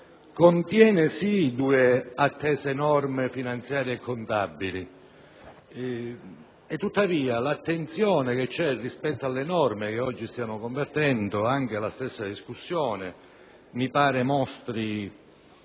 contiene, sì, due attese norme finanziarie e contabili, tuttavia l'attenzione che c'è sulle norme che oggi stiamo convertendo e la stessa discussione mi pare mostrino